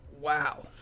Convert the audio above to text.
Wow